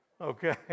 okay